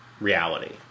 reality